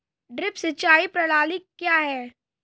Drip सिंचाई प्रणाली क्या है?